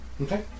Okay